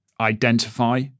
identify